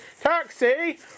Taxi